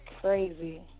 crazy